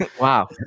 Wow